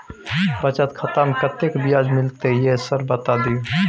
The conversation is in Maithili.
बचत खाता में कत्ते ब्याज मिलले ये सर बता दियो?